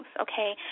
okay